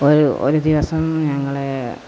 ഒരു ദിവസം ഞങ്ങള്